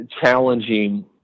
challenging